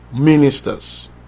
ministers